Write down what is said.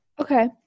Okay